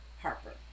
Harper